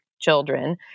children